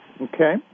Okay